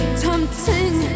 tempting